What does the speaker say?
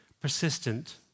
persistent